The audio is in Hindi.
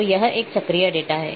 तो यह एक चक्रीय डेटा है